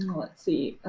let's see.